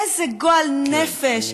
איזה גועל נפש.